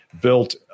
built